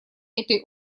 этой